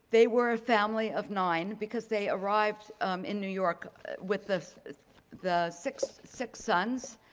they were a family of nine, because they arrived in new york with the the six six sons,